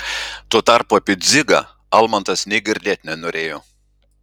tuo tarpu apie dzigą almantas nė girdėt nenorėjo